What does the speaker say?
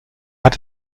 hat